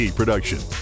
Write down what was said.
production